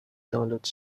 دانلود